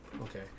Okay